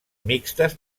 mixtes